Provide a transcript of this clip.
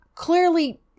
clearly